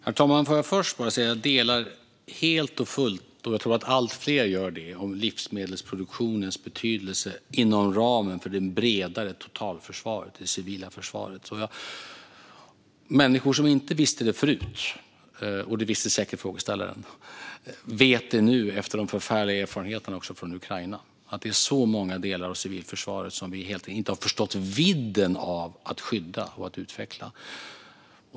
Herr talman! Jag vill först bara säga att jag helt och fullt delar synen på livsmedelsproduktionens betydelse inom ramen för det bredare totalförsvaret - det civila försvaret. Jag tror att allt fler gör det. Människor som inte visste det förut - det gjorde säkert frågeställaren - vet nu, efter de förfärliga erfarenheterna från Ukraina, att det är många delar av civilförsvaret som vi helt enkelt inte har förstått vidden av att skydda och utveckla.